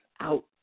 out